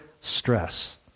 stress